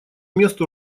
месту